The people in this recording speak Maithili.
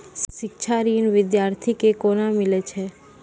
शिक्षा ऋण बिद्यार्थी के कोना मिलै छै?